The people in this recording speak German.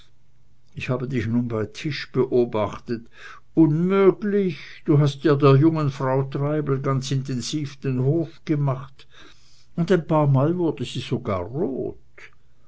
ich habe dich nun bei tisch beobachtet unmöglich du hast ja der jungen frau treibel ganz intensiv den hof gemacht und ein paarmal wurde sie sogar rot